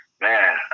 Man